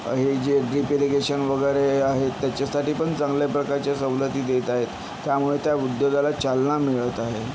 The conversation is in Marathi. हे जे ड्रिप इरिगेशन वगैरे आहे त्याच्यासाठी पण चांगल्या प्रकारच्या सवलती देत आहे त्यामुळे त्या उद्योगाला चालना मिळत आहे